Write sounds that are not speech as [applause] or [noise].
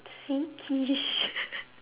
sickish [laughs]